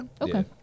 Okay